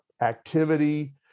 activity